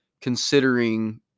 considering